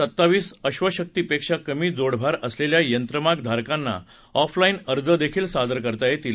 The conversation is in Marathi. सत्तावीस अश्वशक्ती पेक्षा कमी जोडभार असलेल्या यंत्रमाग धारकांना ऑफलाईन अर्ज देखील सादर करता येतील